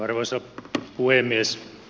arvoisa puhemies